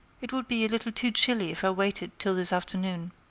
it would be a little too chilly if i waited till this afternoon.